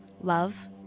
Love